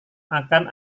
akan